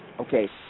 okay